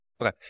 Okay